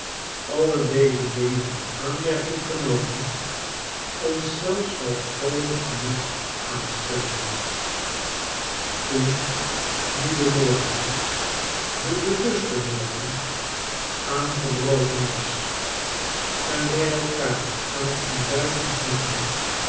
alle deze dingen in aanmerking genomen ons zelfs wel vroolijk genoeg aanstelden toen nu de morgen de bewuste morgen aangebroken was en wij elkaar aan t ontbijt ontmoetten